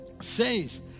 says